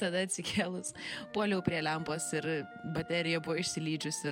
tada atsikėlus puoliau prie lempos ir baterija buvo išsilydžiusi